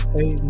Hey